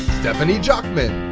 stephanie jochman,